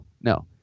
No